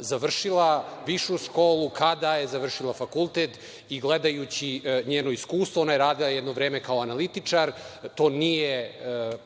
završila višu školu, kada je završila fakultet, i gledajući njeno iskustvo, ona je radila jedno vreme kao analitičar, to nije